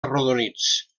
arrodonits